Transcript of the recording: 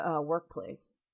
workplace